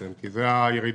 כי זה הירידה.